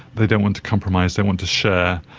they don't want to compromise, they want to share.